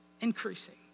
increasing